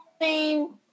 name